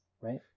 right